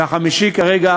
והחמישי כרגע